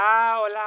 hola